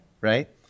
right